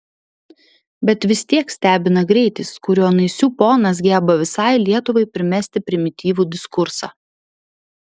bet vis tiek stebina greitis kuriuo naisių ponas geba visai lietuvai primesti primityvų diskursą